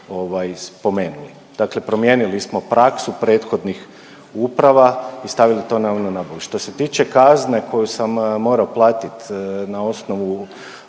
spomenuli. Dakle promijenili smo praksu prethodnik uprava i stavili to na javnu nabavu. Što se tiče kazne koju sam morao platit na osnovu